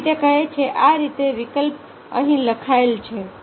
તેથી તે કહે છે કે આ રીતે વિકલ્પ અહીં લખાયેલ છે